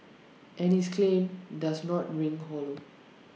and his claim does not ring hollow